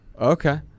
Okay